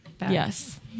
Yes